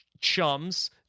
chums